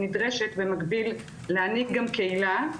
נדרשת במקביל להנהיג גם קהילה,